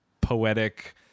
poetic